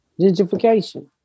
Gentrification